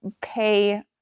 pay